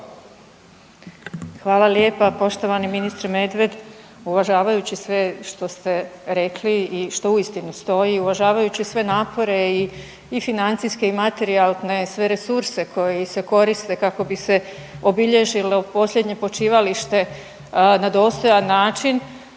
Hvala lijepa. Poštovani ministre Medved, uvažavajući sve što ste rekli i što uistinu stoji, uvažavajući sve napore i financijske i materijalne, sve resurse koji se koriste kako bi se obilježilo posljednje počivalište na dostojan način